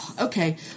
Okay